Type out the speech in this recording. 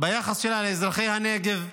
ביחס שלה לאזרחי הנגב,